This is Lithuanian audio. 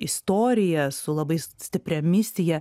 istoriją su labai stipria misija